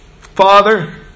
Father